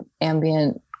ambient